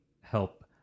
help